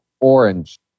orange